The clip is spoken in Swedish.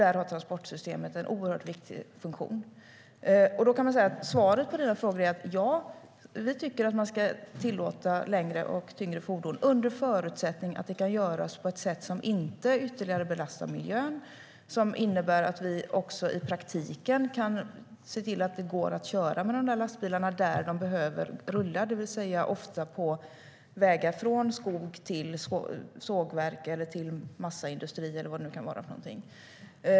Där har transportsystemet en viktig funktion. Svaret på Lars Hjälmereds frågor är: Ja, vi tycker att man ska tillåta tyngre och längre fordon under förutsättning att det inte ytterligare belastar miljön. Vi måste också se till att det går att köra dessa lastbilar där de behöver köras, det vill säga ofta på vägar från skog till sågverk, massaindustri eller vad det nu kan vara.